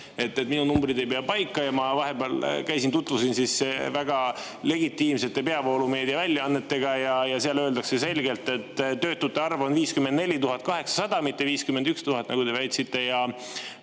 et minu numbrid ei pea paika. Ma vahepeal käisin ja tutvusin väga legitiimsete peavoolumeedia väljaannetega ja seal öeldakse selgelt, et töötute arv on 54 800, mitte 51 000, nagu te väitsite.